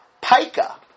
pica